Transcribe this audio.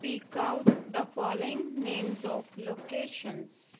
speak out the following names of locations